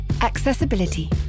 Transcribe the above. Accessibility